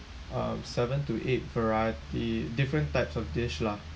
uh seven to eight variety different types of dish lah